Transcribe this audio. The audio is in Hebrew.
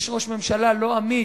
יש ראש ממשלה לא אמיץ,